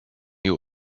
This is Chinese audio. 朋友